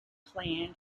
plan